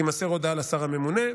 תימסר הודעה לשר הממונה,